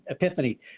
Epiphany